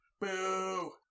Boo